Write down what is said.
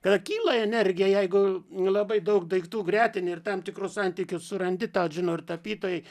kada kyla energija jeigu labai daug daiktų gretini ir tam tikro santykio surandi tą žino ir tapytojai